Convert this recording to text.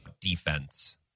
defense